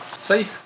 See